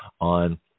on